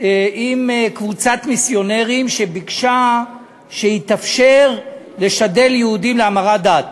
עם קבוצת מיסיונרים שביקשה שיתאפשר לשדל יהודים להמרת דת.